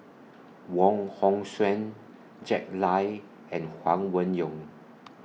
Wong Hong Suen Jack Lai and Huang Wen Yong